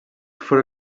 for